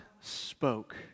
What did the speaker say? spoke